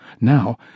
Now